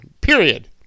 Period